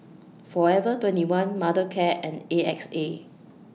Forever twenty one Mothercare and A X A